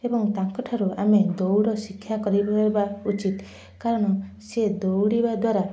ଏବଂ ତାଙ୍କ ଠାରୁ ଆମେ ଦୌଡ଼ ଶିକ୍ଷା କରିବା ଉଚିତ୍ କାରଣ ସିଏ ଦୌଡ଼ିବା ଦ୍ୱାରା